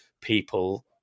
people